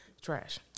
Trash